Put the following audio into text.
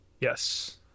yes